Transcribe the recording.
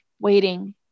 waiting